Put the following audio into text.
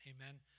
Amen